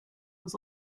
was